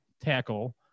tackle